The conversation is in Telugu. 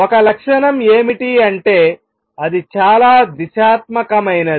ఒక లక్షణం ఏమిటి అంటే అది చాలా దిశాత్మకమైనది